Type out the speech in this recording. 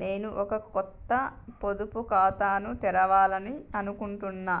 నేను ఒక కొత్త పొదుపు ఖాతాను తెరవాలని అనుకుంటున్నా